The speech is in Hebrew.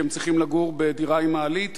כי הם צריכים לגור בדירה עם מעלית,